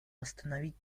восстановить